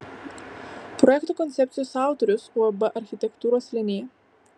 projekto koncepcijos autorius uab architektūros linija